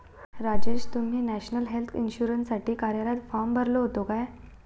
राजेश, तुम्ही national health इन्शुरन्ससाठी कार्यालयात फॉर्म भरलो होतो काय?